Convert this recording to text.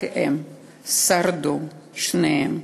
רק הם שרדו, שניהם,